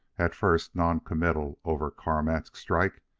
at first, non-committal over carmack's strike,